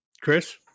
Chris